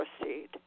proceed